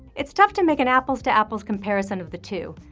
it's tough to make an apples to apples comparison of the two,